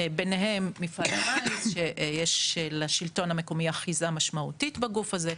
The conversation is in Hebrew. ביניהם מפעל הפיס שיש לשלטון המקומי אחיזה משמעותית בגוף הזה.